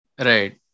Right